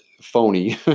phony